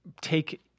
take